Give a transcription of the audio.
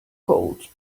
cold